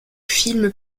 film